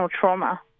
trauma